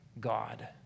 God